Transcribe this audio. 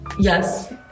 Yes